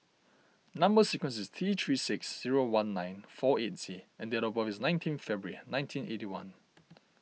Number Sequence is T three six zero one nine four eight Z and date of birth is nineteen February nineteen eighty one